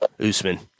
Usman